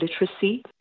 literacy